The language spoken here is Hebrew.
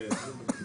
כן.